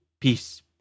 Peace